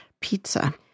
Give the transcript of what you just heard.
pizza